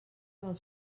del